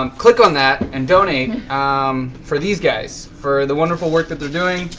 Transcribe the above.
um click on that and donate um for these guys, for the wonderful work that they're doing,